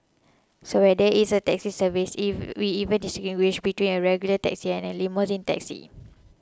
so whether it's a taxi service we even distinguish between a regular taxi and a limousine taxi